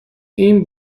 این